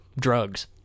drugs